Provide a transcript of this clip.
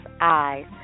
Eyes